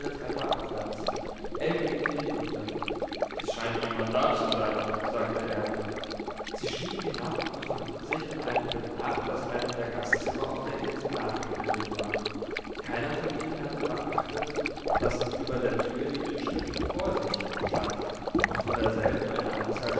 treppe abwärts ell blickte hinunter es scheint niemand da zu sein sagte er sie stiegen hinab und befanden sich in einem gemach das einem der gastzimmer auf der insel nachgebildet war keiner von ihnen hatte beachtet daß über der tür die inschrift vorsicht stand und vor derselben eine